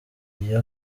iyo